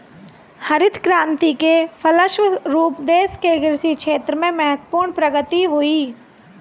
हरित क्रान्ति के फलस्व रूप देश के कृषि क्षेत्र में महत्वपूर्ण प्रगति हुई